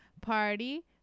Party